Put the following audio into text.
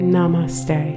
Namaste